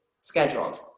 scheduled